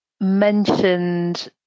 mentioned